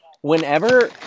whenever